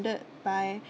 ~rounded by